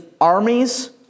armies